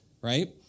right